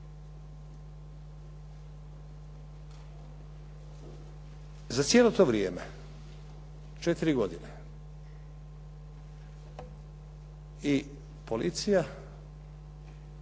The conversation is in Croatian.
Za cijelo to vrijeme, 4 godine i policija